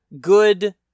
Good